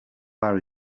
are